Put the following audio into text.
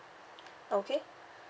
okay